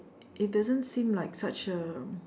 it doesn't seem like such a